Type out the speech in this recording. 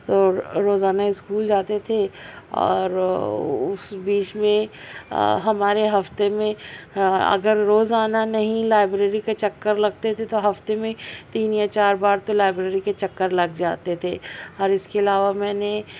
تو روزانہ اسکول جاتے تھے اور اس بیچ میں ہمارے ہفتے میں اگر روزانہ نہیں لائبریری کے چکر لگتے تھے تو ہفتے میں تین یا چار بار تو لائبریری کے چکر لگ جاتے تھے اور اس کے علاوہ میں نے